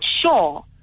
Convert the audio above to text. sure